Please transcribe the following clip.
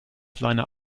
seiner